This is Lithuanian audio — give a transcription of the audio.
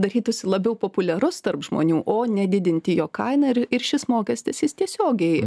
darytųsi labiau populiarus tarp žmonių o nedidinti jo kaina ir ir šis mokestis tiesiogiai